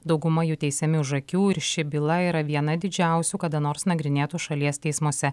dauguma jų teisiami už akių ir ši byla yra viena didžiausių kada nors nagrinėtų šalies teismuose